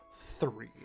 three